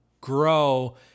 grow